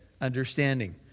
understanding